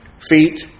feet